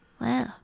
Wow